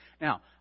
now